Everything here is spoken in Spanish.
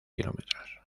kilómetros